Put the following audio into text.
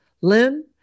Lynn